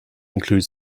include